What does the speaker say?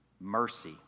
mercy